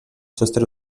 sostre